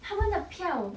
他们的票